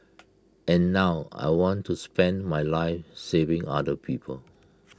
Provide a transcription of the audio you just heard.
and now I want to spend my life saving other people